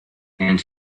and